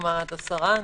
לדוגמה עד 10 אנשים.